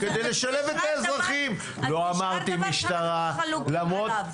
כולל משרד ראש הממשלה שצריך לשים את היד בכיס ולתת הוראות בהתאם,